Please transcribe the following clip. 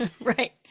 Right